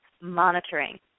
monitoring